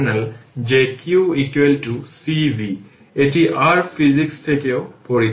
আমি 6a এ বলব কারণ এটি পঞ্চম অধ্যায়